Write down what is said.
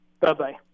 Bye-bye